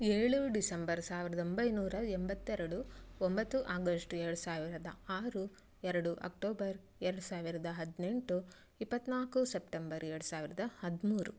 ಏಳು ಡಿಸೆಂಬರ್ ಸಾವಿರದ ಒಂಬೈನೂರ ಎಂಬತ್ತೆರಡು ಒಂಬತ್ತು ಆಗಸ್ಟ್ ಎರಡು ಸಾವಿರದ ಆರು ಎರಡು ಅಕ್ಟೋಬರ್ ಎರಡು ಸಾವಿರದ ಹದಿನೆಂಟು ಇಪ್ಪತ್ನಾಲ್ಕು ಸೆಪ್ಟೆಂಬರ್ ಎರಡು ಸಾವಿರದ ಹದಿಮೂರು